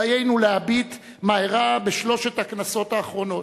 דיינו להביט מה אירע בשלוש הכנסות האחרונות.